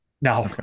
No